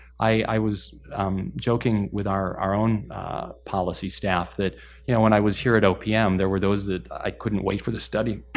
was joking with our own policy staff, that yeah when i was here at opm, there were those that i couldn't wait for the study.